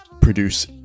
produce